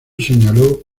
señaló